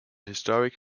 historic